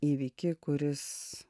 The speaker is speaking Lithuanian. įvykį kuris